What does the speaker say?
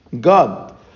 God